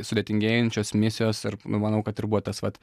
sudėtingėjančios misijos ir manau kad ir buvo tas vat